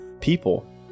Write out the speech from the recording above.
people